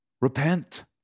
Repent